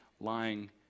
lying